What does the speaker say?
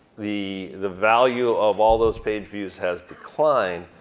the the value of all those page views has declined,